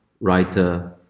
writer